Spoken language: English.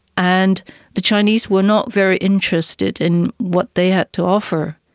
and the chinese were not very interested in what they had to offer,